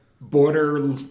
border